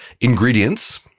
ingredients